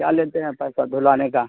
کیا لیتے ہیں آپ پیسہ دھلانے کا